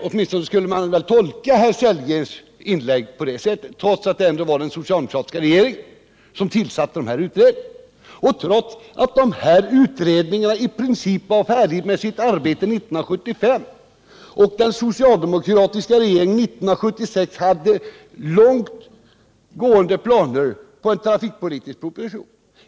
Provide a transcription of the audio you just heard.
Åtminstone skulle man väl tolka herr Sellgrens inlägg på det sättet trots att det ändå var den socialdemokratiska regeringen som tillsatte de här utredningarna och trots att utredningarna i princip var färdiga med sitt arbete 1975 och den socialdemokratiska regeringen år 1976 hade långt gående planer på en trafikpolitisk proposition.